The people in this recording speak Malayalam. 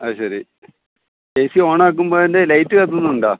അതുശരി എ സി ഓണാക്കുമ്പോൾ അതിൻ്റെ ലൈറ്റ് കത്തുന്നുണ്ടോ